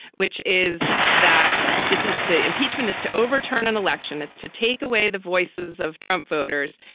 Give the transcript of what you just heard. which is that this is the impeachment, is to overturn an election that's to take away the voices of trump voters.